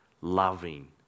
loving